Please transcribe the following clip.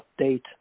update